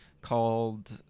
called